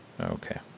Okay